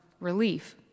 relief